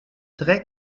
très